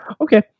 Okay